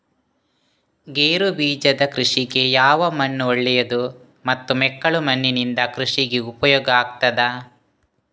ಗೇರುಬೀಜದ ಕೃಷಿಗೆ ಯಾವ ಮಣ್ಣು ಒಳ್ಳೆಯದು ಮತ್ತು ಮೆಕ್ಕಲು ಮಣ್ಣಿನಿಂದ ಕೃಷಿಗೆ ಉಪಯೋಗ ಆಗುತ್ತದಾ?